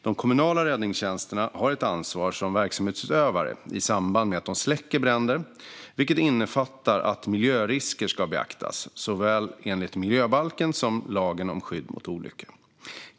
De kommunala räddningstjänsterna har ett ansvar som verksamhetsutövare i samband med att de släcker bränder, vilket innefattar att miljörisker ska beaktas, såväl enligt miljöbalken som lagen om skydd mot olyckor.